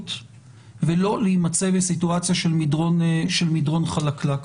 ולא להימצא בסיטואציה של מדרון חלקלק.